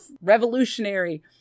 revolutionary